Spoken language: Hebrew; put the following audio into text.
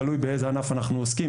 תלוי באיזה ענף אנחנו עוסקים,